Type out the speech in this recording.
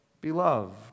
beloved